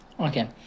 Okay